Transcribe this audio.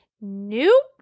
Nope